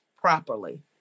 properly